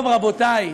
טוב, רבותי,